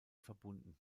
verbunden